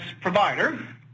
provider